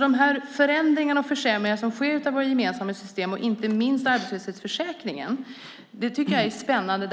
De förändringar och försämringar som sker av våra gemensamma system, inte minst arbetslöshetsförsäkringen, tycker jag är spännande.